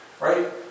right